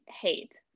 hate